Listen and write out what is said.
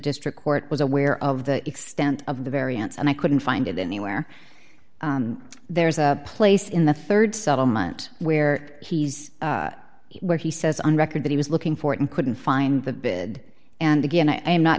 district court was aware of the extent of the variance and i couldn't find it anywhere there's a place in the rd settlement where he's where he says on record that he was looking for it and couldn't find the bid and again i am not